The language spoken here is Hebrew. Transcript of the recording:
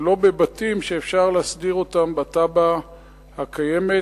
ולא בבתים שאפשר להסדיר אותם בתב"ע הקיימת.